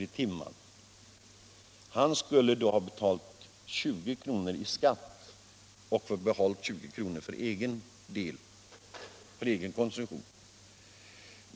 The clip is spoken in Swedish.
i timmen, hade betalat 20 kr. i skatt och fått behålla 20 kr. för egen konsumtion.